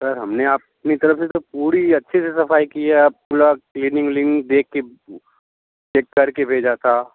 sir हमने अपनी तरफ से तो पूरी अच्छे से सफ़ाई की है आप पूरा क्लीनिंग क्लीनिंग देख के चेक करके भेजा था